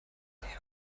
herr